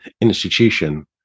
institution